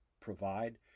provide